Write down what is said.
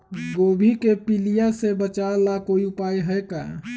गोभी के पीलिया से बचाव ला कोई उपाय है का?